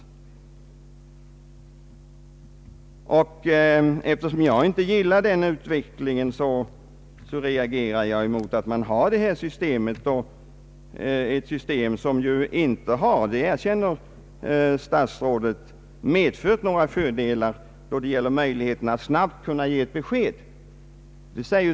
Eftersom jag inte gillar den utvecklingen, reagerar jag mot att man har det här systemet, ett system som inte medfört några fördelar — det erkänner statsrådet — i fråga om möjligheterna att snabbt kunna ge ett besked.